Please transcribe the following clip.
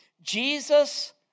Jesus